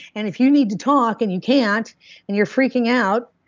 and if you need to talk and you can't and you're freaking out,